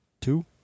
Two